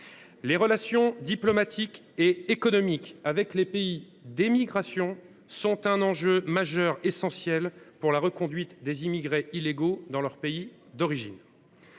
Les relations diplomatiques et économiques avec les pays d’émigration constituent un enjeu majeur et essentiel si l’on veut reconduire les immigrés illégaux dans leur pays d’origine.